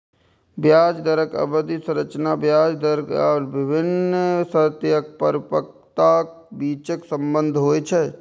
ब्याज दरक अवधि संरचना ब्याज दर आ विभिन्न शर्त या परिपक्वताक बीचक संबंध होइ छै